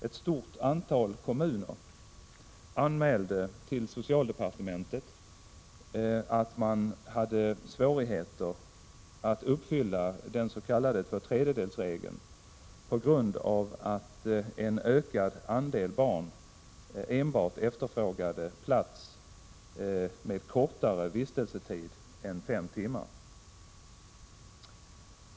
Ett stort antal kommuner anmälde till socialdepartementet att man hade svårigheter att uppfylla denna s.k. tvåtredjedelsregel på grund av att en ökad andel barn enbart efterfrågade plats med kortare vistelsetid än fem timmar.